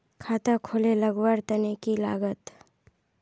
खाता खोले लगवार तने की लागत?